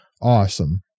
awesome